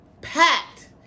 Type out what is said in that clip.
Packed